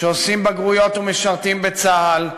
שעושים בגרויות ומשרתים בצה"ל,